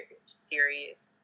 series